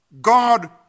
God